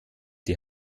die